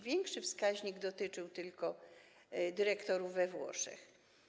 Wyższy wskaźnik dotyczył tylko dyrektorów we Włoszech.